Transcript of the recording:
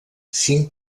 cinc